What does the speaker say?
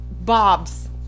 Bob's